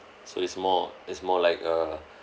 so it's more it's more like a